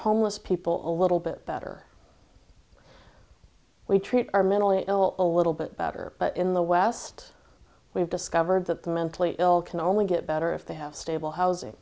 homeless people a little bit better we treat our mentally ill a little bit better but in the west we've discovered that the mentally ill can only get better if they have stable housing